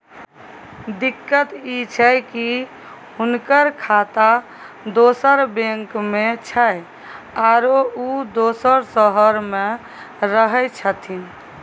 दिक्कत इ छै की हुनकर खाता दोसर बैंक में छै, आरो उ दोसर शहर में रहें छथिन